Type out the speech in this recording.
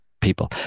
people